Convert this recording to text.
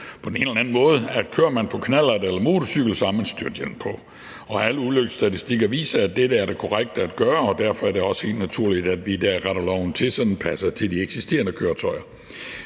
den ene eller anden måde, at kører man på knallert eller motorcykel, har man styrthjelm på. Alle ulykkesstatistikker viser, at dette er det korrekte at gøre, og derfor er det også helt naturligt, at vi i dag retter loven til, så den passer til de eksisterende køretøjer.